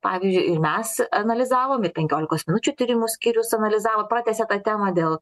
pavyzdžiui ir mes analizavom ir penkiolikos minučių tyrimų skyrius analizavo pratęsė tą temą dėl